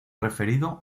referido